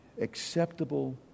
acceptable